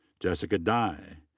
jessica dye.